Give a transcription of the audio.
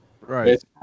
Right